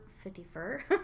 Fifty-four